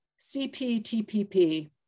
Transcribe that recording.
CPTPP